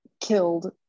killed